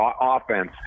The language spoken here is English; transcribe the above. offense